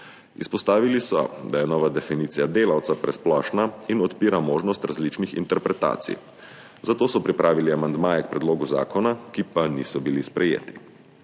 Izpostavili so, da je nova definicija delavca presplošna in odpira možnost različnih interpretacij, zato so pripravili amandmaje k predlogu zakona, ki pa niso bili sprejeti.